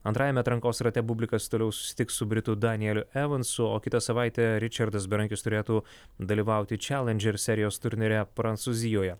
antrajame atrankos rate bublikas toliau susitiks su britų danieliu evansu o kitą savaitę ričardas berankis turėtų dalyvauti čelandžer serijos turnyre prancūzijoje